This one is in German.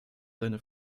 seine